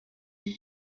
they